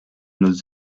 nos